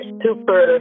super